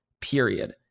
period